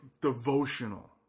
devotional